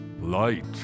light